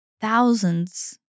thousands